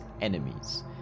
enemies